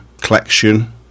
collection